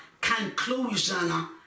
Conclusion